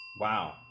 wow